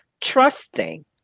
Trusting